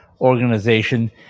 organization